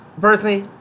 Personally